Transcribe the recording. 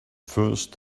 first